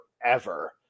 forever